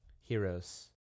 heroes